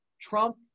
Trump